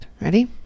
ready